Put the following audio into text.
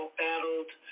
battled